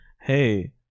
Hey